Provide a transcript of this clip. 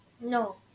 No